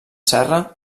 serra